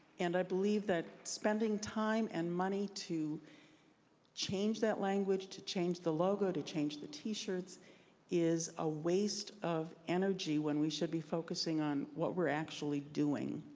and i believe that spending time and money to change that language language, to change the logo, to change the t-shirts is a waste of energy when we should be focusing on what we're actually doing.